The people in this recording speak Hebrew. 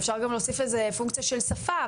אפשר גם להוסיף איזה פונקציה של שפה,